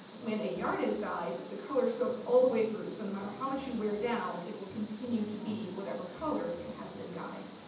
when a yarn is dyed, the color soaks all the way through. so no matter how much you wear down, it will continue to be whatever color it has been dyed.